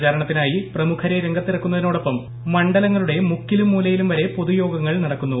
പ്രചാരണത്തിനായി പ്രമുഖരെ രംഗത്തിറക്കുന്ന തിനൊപ്പം മണ്ഡലങ്ങളുടെ മുക്കിലും മൂലയിലും വരെ പൊതുയോഗങ്ങൾ നടക്കുന്നു